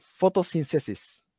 photosynthesis